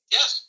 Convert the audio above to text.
Yes